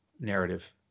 narrative